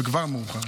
וכבר מאוחר.